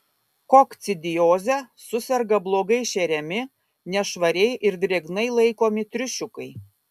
kokcidioze suserga blogai šeriami nešvariai ir drėgnai laikomi triušiukai